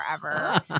forever